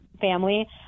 family